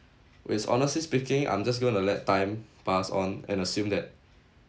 which honestly speaking I'm just gonna let time pass on and assume that